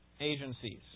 agencies